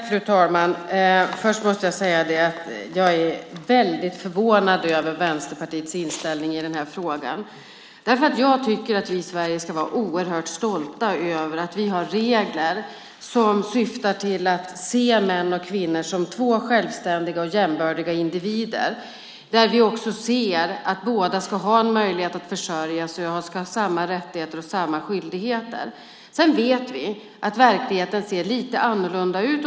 Fru talman! Först måste jag säga att jag är väldigt förvånad över Vänsterpartiets inställning i den här frågan. Vi ska i Sverige vara oerhört stolta över att vi har regler som syftar till att se män och kvinnor som självständiga och jämbördiga individer. Vi anser också att båda ska ha en möjlighet att försörja sig och ska ha samma rättigheter och samma skyldigheter. Sedan vet vi att verkligheten ser lite annorlunda ut.